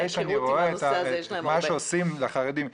מהיכרות עם הנושא הזה, יש להם הרבה.